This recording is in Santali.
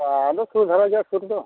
ᱟᱫᱚ ᱥᱩᱨ ᱫᱷᱟᱨᱟ ᱜᱮᱭᱟ ᱥᱩᱨ ᱫᱚ